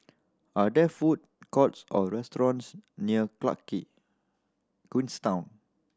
are there food courts or restaurants near queens town